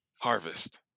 harvest